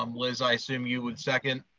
um liz, i assume you would second.